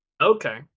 Okay